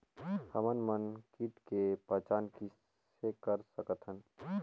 हमन मन कीट के पहचान किसे कर सकथन?